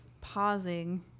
pausing